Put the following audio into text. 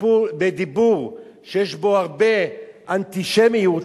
בדיבור שיש בו הרבה אנטישמיות,